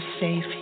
safe